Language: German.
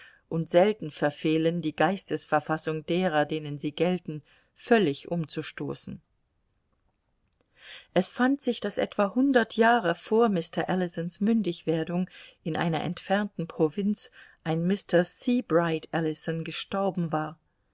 und selten verfehlen die geistesverfassung derer denen sie gelten völlig umzustoßen es fand sich daß etwa hundert jahre vor mr ellisons mündigwerdung in einer entfernten provinz ein mr seabright ellison gestorben war